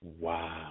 wow